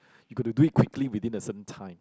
you got to do it quickly within a certain time